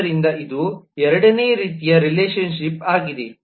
ಆದ್ದರಿಂದ ಇದು ಎರಡನೇ ರೀತಿಯ ರಿಲೇಶನ್ಶಿಪ್ ಆಗಿದೆ